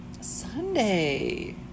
Sunday